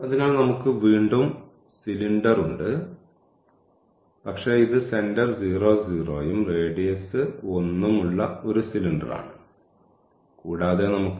അതിനാൽ നമുക്ക് വീണ്ടും സിലിണ്ടർ ഉണ്ട് പക്ഷേ ഇത് സെൻറർ 0 0 യു റേഡിയസ് 1 ഉം ഉള്ള ഒരു സിലിണ്ടറാണ് കൂടാതെ നമുക്ക്